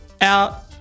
out